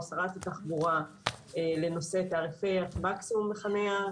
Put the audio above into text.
שרת התחבורה לנושא תעריפי מקסימום לחניה,